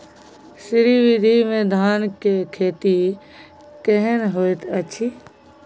श्री विधी में धान के खेती केहन होयत अछि?